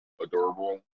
adorable